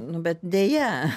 nu bet deja